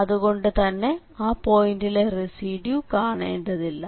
അതുകൊണ്ടു തന്നെ ആ പോയിന്റിലെ റെസിഡ്യൂ കാണേണ്ടതില്ല